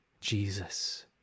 Jesus